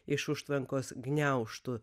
iš užtvankos gniaužtų